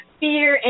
fear